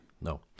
No